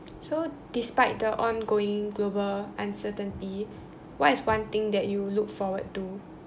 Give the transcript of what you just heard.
so despite the ongoing global uncertainty what is one thing that you look forward to